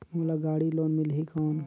मोला गाड़ी लोन मिलही कौन?